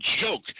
joke